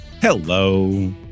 Hello